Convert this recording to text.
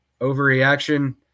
Overreaction